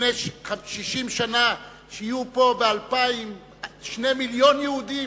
לפני 60 שנה שיהיו פה בשנות האלפיים 2 מיליוני יהודים?